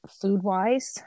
food-wise